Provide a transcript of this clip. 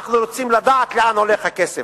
אנחנו רוצים לדעת לאן הולך הכסף.